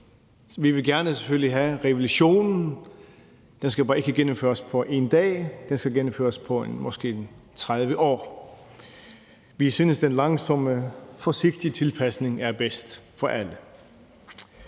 gerne vil have revolutionen, men den skal bare ikke gennemføres på én dag; den skal måske gennemføres på 30 år. Vi synes, den langsomme, forsigtige tilpasning er bedst for alle.